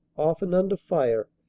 often under fire,